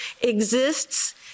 exists